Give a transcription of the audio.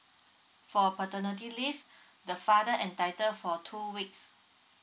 for paternity leave the father entitle for two weeks